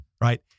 Right